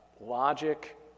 logic